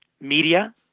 media